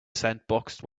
sandboxed